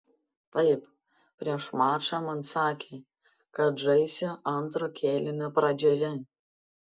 taip prieš mačą man sakė kad žaisiu antro kėlinio pradžioje